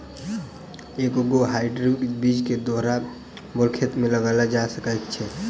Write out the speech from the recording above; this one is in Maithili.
एके गो हाइब्रिड बीज केँ दोसर बेर खेत मे लगैल जा सकय छै?